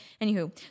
Anywho